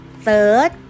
Third